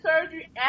surgery